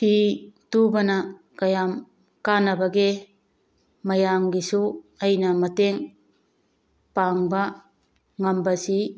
ꯐꯤ ꯇꯨꯕꯅ ꯀꯌꯥꯝ ꯀꯥꯟꯅꯕꯒꯦ ꯃꯌꯥꯝꯒꯤꯁꯨ ꯑꯩꯅ ꯃꯇꯦꯡ ꯄꯥꯡꯕ ꯉꯝꯕꯁꯤ